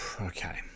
Okay